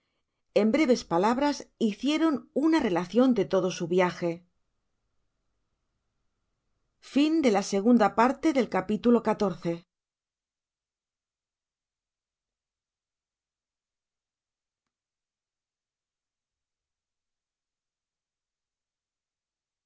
en breves palabras hicieron una relacion de todo su viaje